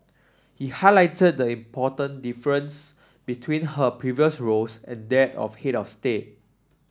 he highlighted the important difference between her previous roles and that of head of state